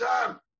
time